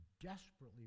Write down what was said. desperately